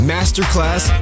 Masterclass